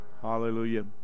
Hallelujah